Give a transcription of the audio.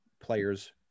players